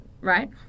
right